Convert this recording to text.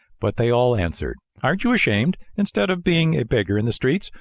but they all answered aren't you ashamed? instead of being a beggar in the streets,